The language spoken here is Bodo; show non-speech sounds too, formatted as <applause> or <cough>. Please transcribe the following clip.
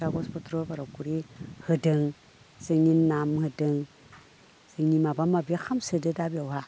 कागज पत्र <unintelligible> होदों जोंनि नाम होदों जोंनि माबा माबि खालामसोदो दा बेवहा